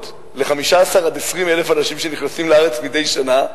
ל-15,000 20,000 אנשים שנכנסים לארץ מדי שנה?